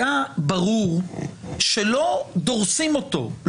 היה ברור שלא דורסים אותו,